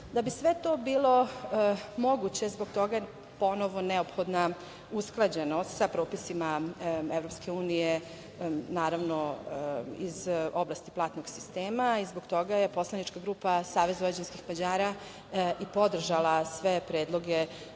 bi sve to bilo moguće zbog toga je ponovo neophodna usklađenost sa propisima EU, naravno iz oblasti platnog sistema i zbog toga je poslanička grupa SVM i podržala sve predloge